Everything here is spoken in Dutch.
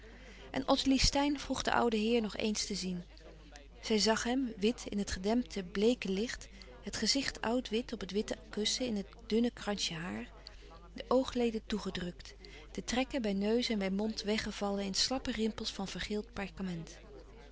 getaand en ottilie steyn vroeg den ouden heer nog eens te zien zij zàg hem wit in het gedempte bleeke licht het gezicht oud wit op het witte kussen in het dunne kransje haar de oogleden toelouis couperus van oude menschen de dingen die voorbij gaan gedrukt de trekken bij neus en bij mond weggevallen in slappe rimpels van vergeeld perkament